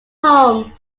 home